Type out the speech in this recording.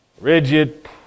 rigid